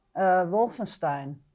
Wolfenstein